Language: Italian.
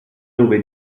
dove